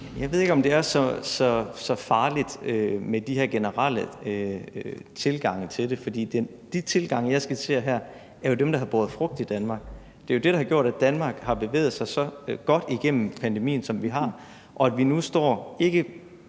Jeg ved ikke, om det er så farligt med de her de generelle tilgange til det, for de tilgange, jeg skitserer her, er jo dem, der har båret frugt i Danmark. Det er jo det, der har gjort, at Danmark har bevæget sig så godt igennem pandemien, som vi har, og at vi nu står ikke